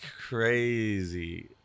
crazy